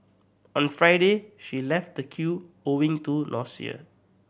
on Friday she left the queue owing to nausea